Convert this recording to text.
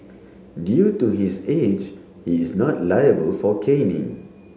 due to his age he is not liable for caning